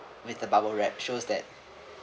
with the bubble wrap shows that